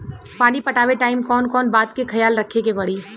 पानी पटावे टाइम कौन कौन बात के ख्याल रखे के पड़ी?